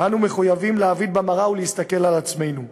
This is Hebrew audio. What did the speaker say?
אנו מחויבים להביט במראה ולהסתכל על עצמנו,